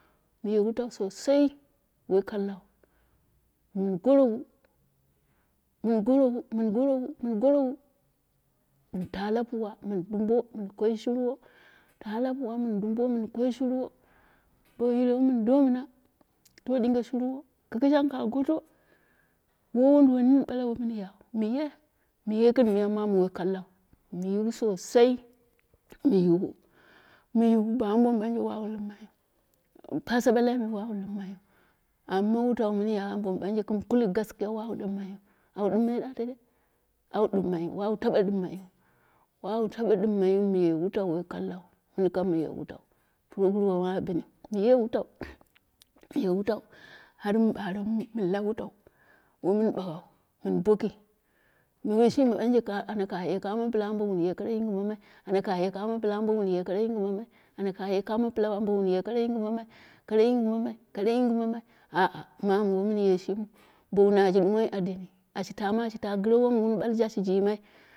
Mɨye wutau sosai, wai kallau mun gorowu, mun gorowu, mun gorowu minta la puwa mɨn dumbo mun koi shirwo, ta la puwa min dumbo min koi shirwo, bomu leghemu mindo mʊna, do dinge shirwo, kɨkɨshan ka goto, wai wunduwai mini bale woimuyan, muye, muye gɨn wai mama wai kallau, my yiwu sosai, mu yiwu ambo ma banje limmai wu, pau balai me wawu limmai wu, amma wuten minya, ambo ma banje way limmaiwu, kuma kudi gaskiya wuu limmaiu, awu apmai da tendai au banghai au taba dimmai wu wawu tabe ɗimmai wu, muye wuta wai kalku, mɨn kar muye wutau, proguru mu a bini muye wutau, muye wutau har mu ɓaremu mɨnla wutau wamun baghau min boki, minye shimi banje bokaye kamu pila ambo wun kara yingimamai, ana kaye kumo pila ambo wun kara yingɨ mumai, ana kaye kam pila ambo wun kara yingɨmamai, kara yingi mamai kara yingɨmama, a- a mamu wamun ye shimiu, bowu naja ma adeni, ashi tamo ashi tu gɨre wam banje ashi yimai